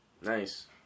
Nice